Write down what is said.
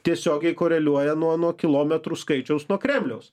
tiesiogiai koreliuoja nuo nuo kilometrų skaičiaus nuo kremliaus